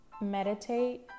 Meditate